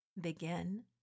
Begin